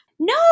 no